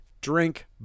drink